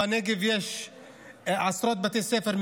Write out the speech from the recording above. בנגב יש עשרות בתי ספר,